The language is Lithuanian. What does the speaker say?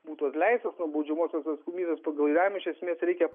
būtų atleistas nuo baudžiamosios atsakomybės pagal jam iš esmės reikia